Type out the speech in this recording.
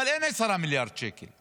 אבל אין 10 מיליארד שקל.